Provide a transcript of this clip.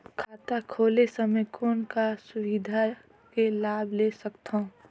खाता खोले समय कौन का सुविधा के लाभ ले सकथव?